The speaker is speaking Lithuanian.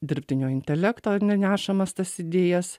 dirbtinio intelekto nešamas tas idėjas